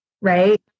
right